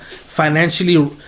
financially